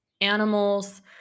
animals